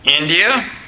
India